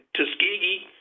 Tuskegee